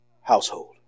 household